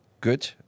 Good